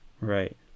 Right